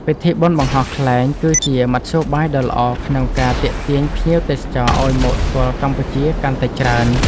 ពិធីបុណ្យបង្ហោះខ្លែងគឺជាមធ្យោបាយដ៏ល្អក្នុងការទាក់ទាញភ្ញៀវទេសចរឱ្យមកស្គាល់កម្ពុជាកាន់តែច្រើន។